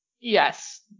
Yes